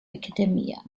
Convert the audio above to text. academia